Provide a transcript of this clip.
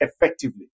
effectively